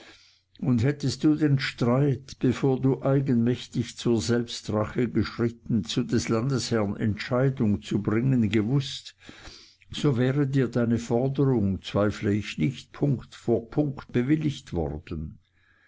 und hättest du den streit bevor du eigenmächtig zur selbstrache geschritten zu des landesherrn entscheidung zu bringen gewußt so wäre dir deine forderung zweifle ich nicht punkt vor punkt bewilligt worden